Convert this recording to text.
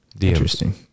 Interesting